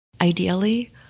Ideally